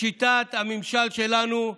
בשיטת הממשל שלנו,